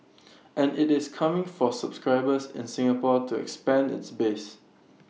and IT is coming for subscribers in Singapore to expand its base